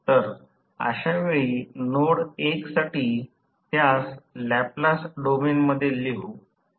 तर अशावेळी नोड 1 साठी त्यास लॅपलास डोमेनमध्ये लिहू